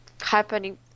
happening